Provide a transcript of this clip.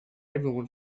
everyone